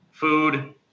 food